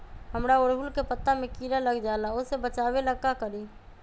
हमरा ओरहुल के पत्ता में किरा लग जाला वो से बचाबे ला का करी?